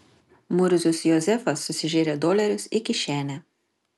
murzius jozefas susižėrė dolerius į kišenę